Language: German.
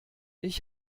ich